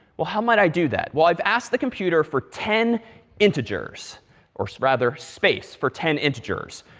well how might i do that? well, i've asked the computer for ten integers or rather space for ten integers.